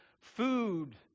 food